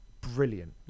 brilliant